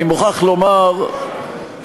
אני מוכרח לומר שזר,